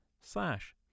slash